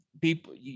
people